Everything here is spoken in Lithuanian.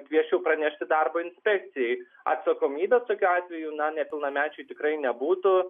kviesčiau pranešti darbo inspekcijai atsakomybė tokiu atveju na nepilnamečiui tikrai nebūtų